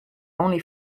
only